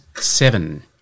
seven